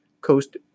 Coast